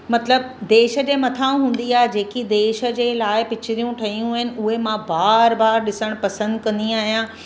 मतिलबु देश जे मथां हूंदी आहे जेकी देश जे लाइ पिकिचरियूं ठहियूं आहिनि उहे मां बार बार ॾिसणु पसंदि कंदी आहियां